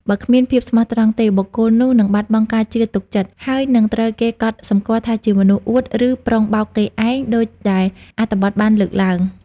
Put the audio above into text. បើគ្មានភាពស្មោះត្រង់ទេ បុគ្គលនោះនឹងបាត់បង់ការជឿទុកចិត្ត ហើយនឹងត្រូវគេកត់សម្គាល់ថាជាមនុស្ស អួត ឬ ប្រុងបោកគេឯង ដូចដែលអត្ថបទបានលើកឡើង។